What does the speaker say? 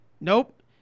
Nope